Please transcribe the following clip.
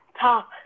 top